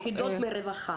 מיחידות ברווחה.